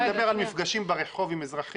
אני מדבר על מפגשים ברחוב עם אזרחים,